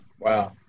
Wow